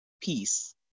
peace